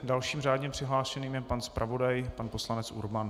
Dalším řádně přihlášeným je pan zpravodaj, pan poslanec Urban.